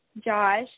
Josh